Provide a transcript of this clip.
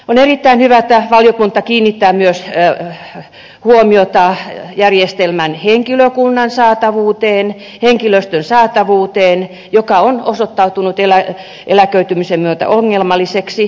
on erittäin hyvä että valiokunta kiinnittää myös huomiota järjestelmän henkilöstön saatavuuteen joka on osoittautunut eläköitymisen myötä ongelmalliseksi